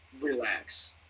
relax